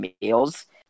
meals